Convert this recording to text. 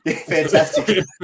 Fantastic